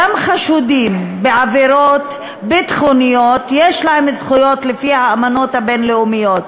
גם חשודים בעבירות ביטחוניות יש להם זכויות לפי האמנות הבין-לאומיות.